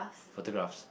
photographs